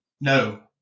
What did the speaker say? No